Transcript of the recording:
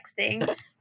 texting